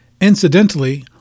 Incidentally